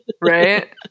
Right